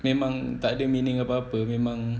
memang takde meaning apa-apa memang